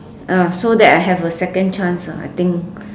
ah so that I have a second chance ah I think